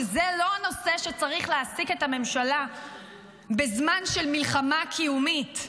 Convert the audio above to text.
וזה לא הנושא שצריך להעסיק את הממשלה בזמן של מלחמה קיומית.